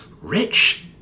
rich